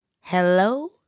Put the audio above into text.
Hello